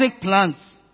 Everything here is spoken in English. plants